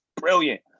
brilliant